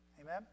Amen